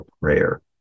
prayer